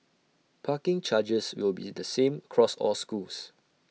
parking charges will be the same cross all schools